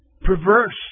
perverse